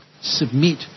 submit